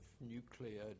nuclear